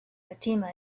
fatima